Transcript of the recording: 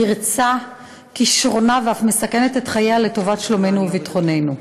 מרצה וכישרונה ואף מסכנת את חייה לטובת שלומנו וביטחוננו.